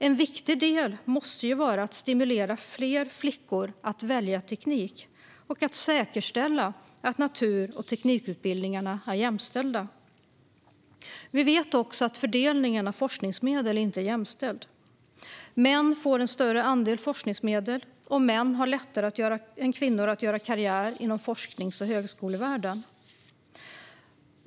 En viktig del måste ju vara att stimulera fler flickor att välja teknik och att säkerställa att natur och teknikutbildningarna är jämställda. Vi vet också att fördelningen av forskningsmedel inte är jämställd. Män får en större andel forskningsmedel, och män har lättare än kvinnor att göra karriär inom forskar och högskolevärlden.